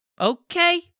Okay